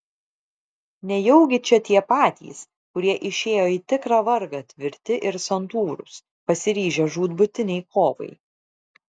nejaugi čia tie patys kurie išėjo į tikrą vargą tvirti ir santūrūs pasiryžę žūtbūtinei kovai